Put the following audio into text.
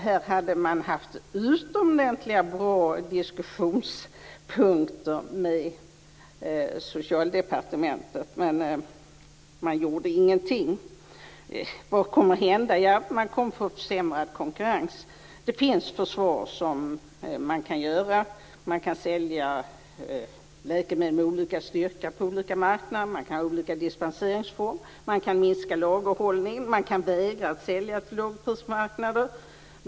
Här hade det funnits utomordentligt bra diskussionspunkter med Socialdepartementet, men man gjorde ingenting. Vad kommer att hända? Jo, det kommer att bli försämrad konkurrens. Det finns förslag på vad man kan göra. Man kan sälja läkemedel med olika styrka på olika marknader. Man kan ha olika dispensformer. Man kan minska lagerhållningen. Man kan vägra att sälja till lågprismarknader.